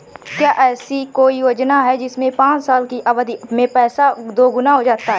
क्या ऐसी कोई योजना है जिसमें पाँच साल की अवधि में पैसा दोगुना हो जाता है?